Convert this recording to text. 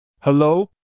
Hello